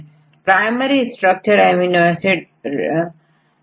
यही कारण है की बहुत सारे शोधकर्ता अपनी शोध के लिएUniProt का उपयोग करते हैं